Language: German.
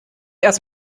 erst